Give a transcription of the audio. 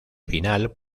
final